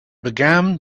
began